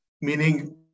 meaning